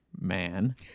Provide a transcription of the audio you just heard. man